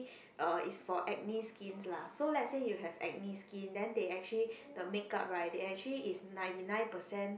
uh it's for acne skins lah so lets say you got acne skin then they actually the makeup right they actually is ninety nine percent